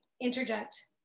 interject